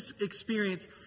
experience